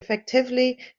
effectively